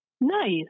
Nice